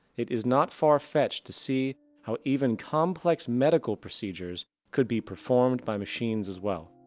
it is not far fetch to see how even complex medical procedures could be performed by machines as well.